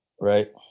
right